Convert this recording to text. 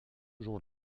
jour